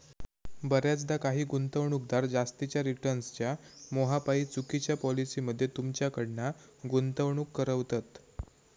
बऱ्याचदा काही गुंतवणूकदार जास्तीच्या रिटर्न्सच्या मोहापायी चुकिच्या पॉलिसी मध्ये तुमच्याकडना गुंतवणूक करवतत